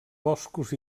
boscos